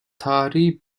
tarihi